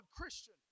Christian